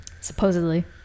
Supposedly